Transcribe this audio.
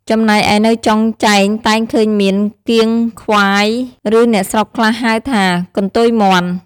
ចំណែកឯនៅចុងចែងតែងឃើញមាន “គាង ឃ្វាយ” ឬអ្នកស្រុកខ្លះហៅថា “កន្ទុយមាន់” ។